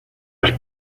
las